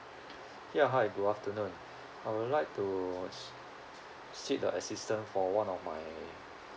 ya hi good afternoon I would like to s~ seek the assistance for one of my